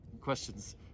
Questions